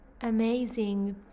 amazing